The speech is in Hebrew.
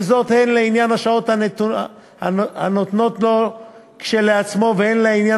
וזאת הן לעניין השעות הנתונות לו כשלעצמו והן לעניין